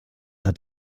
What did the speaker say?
hat